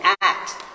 act